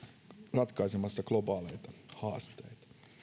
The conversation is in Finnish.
ratkaisemassa globaaleita haasteita